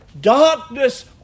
darkness